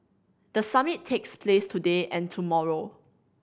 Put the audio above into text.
the summit takes place today and tomorrow